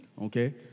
Okay